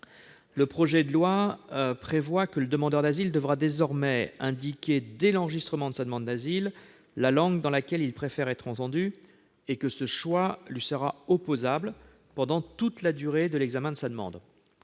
Le projet de loi prévoit que le demandeur d'asile devra désormais indiquer dès l'enregistrement de sa demande d'asile la langue dans laquelle il préfère être entendu. Ce choix lui sera opposable pendant toute la durée de l'examen de sa demande.